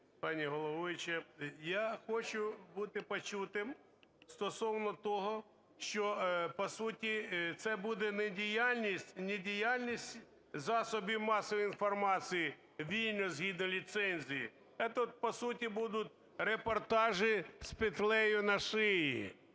пані головуюча. Я хочу бути почутим стосовно того, що по суті це буде не діяльність, не діяльність засобів масової інформації вільно згідно ліцензії, это по сути будут репортажи с петлей на шиї.